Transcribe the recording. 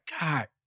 God